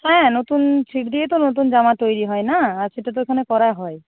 হ্যাঁ নতুন ছিট দিয়েই তো নতুন জামা তৈরি হয় না আর সেটা তো এখানে করা হয়